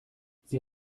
sie